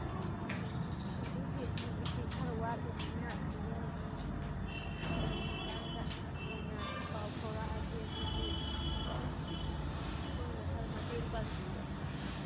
ꯎꯝ ꯑꯗꯨꯒꯤ ꯍꯧꯖꯤꯛꯇꯤ ꯈꯔ ꯋꯥꯠꯂꯤꯝꯅꯤꯅ ꯍꯌꯦꯡ ꯇꯧꯔꯤꯀꯥꯟꯗ ꯑꯣꯏꯅ ꯄꯥꯎ ꯐꯥꯎꯔꯛꯑꯒꯦ ꯑꯗꯨꯗꯤ ꯁꯣꯝꯅ ꯈꯔ ꯃꯇꯦꯡ ꯄꯥꯡꯕꯤꯔꯣ